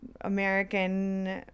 American